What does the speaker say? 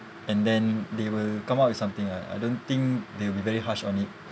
and then they will come up with something ah I don't think they'll be very harsh on it